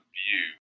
view